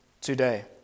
today